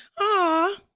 Aw